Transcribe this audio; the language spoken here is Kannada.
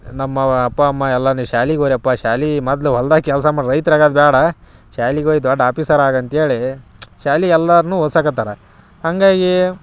ನಮ್ಮವು ಅಪ್ಪ ಅಮ್ಮ ಎಲ್ಲ ನೀವು ಶ್ಯಾಲಿಗೆ ಹೋಗ್ರಪ್ಪ ಶ್ಯಾಲಿ ಮೊದ್ಲು ಹೊಲ್ದಾಗ ಕೆಲಸ ಮಾಡಿ ರೈತ್ರು ಆಗೋದು ಬೇಡ ಶ್ಯಾಲಿಗ ಹೋಯ್ ದೊಡ್ಡ ಆಪೀಸರ್ ಆಗಿ ಅಂಥೇಳಿ ಶ್ಯಾಲಿ ಎಲ್ರನ್ನೂ ಓದ್ಸಾಕತ್ತಾರ ಹಾಗಾಗಿ